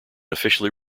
officially